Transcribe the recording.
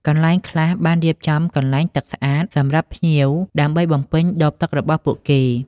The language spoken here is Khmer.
កន្លែងខ្លះបានរៀបចំកន្លែងទឹកស្អាតសម្រាប់ភ្ញៀវដើម្បីបំពេញដបទឹករបស់ពួកគេ។